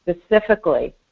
specifically